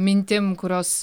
mintim kurios